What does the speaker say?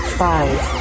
five